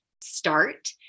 start